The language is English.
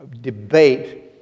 debate